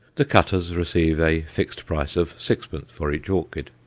the cutters receive a fixed price of sixpence for each orchid,